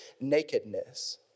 nakedness